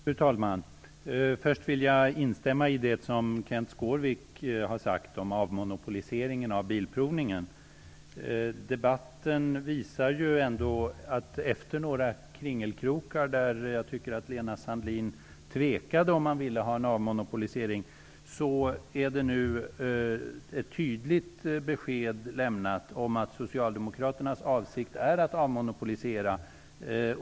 Fru talman! Först vill jag instämma i det som Kenth Skårvik har sagt om avmonopoliseringen av bilprovningen. Efter några kringelkrokar i debatten, där jag tycker att Lena Sandlin tvekade om huruvida hon ville ha en avmonopolisering, är nu ett tydligt besked lämnat om att socialdemokraternas avsikt är att avmonopolisera.